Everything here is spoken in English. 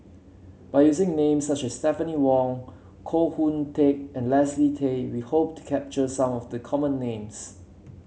by using names such as Stephanie Wong Koh Hoon Teck and Leslie Tay we hope to capture some of the common names